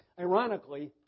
Ironically